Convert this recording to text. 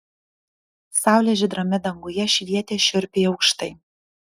saulė žydrame danguje švietė šiurpiai aukštai